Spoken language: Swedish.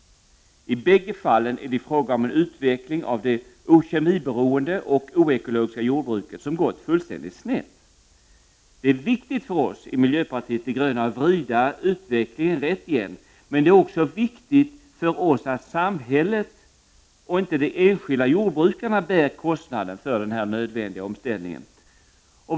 I bägge fallen är det fråga om en utveckling av det kemiberoende och oekologiska jordbruket som har gått fullständigt snett. Det är viktigt för oss i miljöpartiet de gröna att vrida utvecklingen rätt igen, men det är också viktigt för oss att se till att samhället, och inte de enskilda jordbrukarna, bär kostnaden för denna nödvändiga omställning.